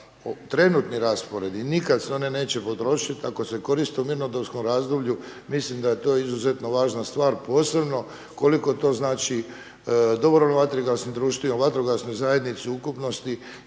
trenutni raspored i nikad se one neće potrošit ako se koriste u mirnodopskom razdoblju mislim da je to izuzetno važna stvar, posebno koliko to znači dobrovoljnim vatrogasnim društvima, vatrogasnoj zajednici u ukupnosti